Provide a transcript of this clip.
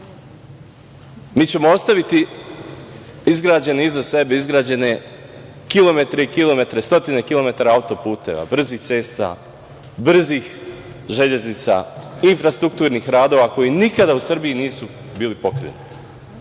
ćemo ostaviti iza sebe izgrađene kilometre i kilometre autoputeva, brzih cesta, brzih železnica, infrastrukturnih radova koji nikada u Srbiji nisu bili pokrenuti.